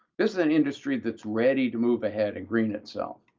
this is an industry that's ready to move ahead and green itself.